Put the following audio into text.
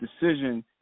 decision